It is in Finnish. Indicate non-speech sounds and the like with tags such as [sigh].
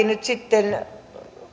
[unintelligible] nyt sitten